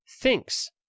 thinks